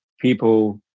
people